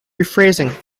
rephrasing